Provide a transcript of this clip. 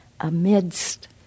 amidst